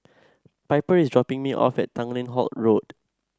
Piper is dropping me off at Tanglin Halt Road